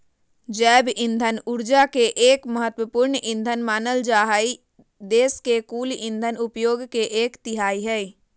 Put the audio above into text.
जैव इंधन ऊर्जा के एक महत्त्वपूर्ण ईंधन मानल जा हई देश के कुल इंधन उपयोग के एक तिहाई हई